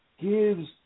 gives